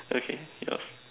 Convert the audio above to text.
okay yours